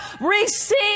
receive